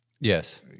yes